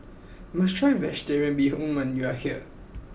you must try Vegetarian Bee Hoon when you are here